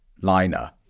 liner